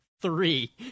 three